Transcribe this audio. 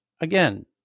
again